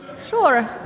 sure.